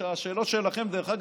דרך אגב,